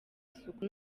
isuku